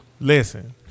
Listen